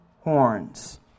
horns